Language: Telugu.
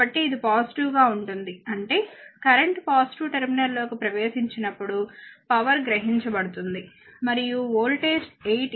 కాబట్టి ఇది పాజిటివ్ గా ఉంటుంది అంటే కరెంట్ పాజిటివ్ టెర్మినల్ లోకి ప్రవేశించినప్పుడు పవర్ గ్రహించబడుతుంది మరియు వోల్టేజ్ 8 ఇవ్వబడుతుంది